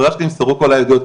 אחרי שנמסרו כל העדויות,